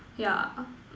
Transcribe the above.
yeah